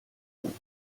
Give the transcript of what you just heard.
байна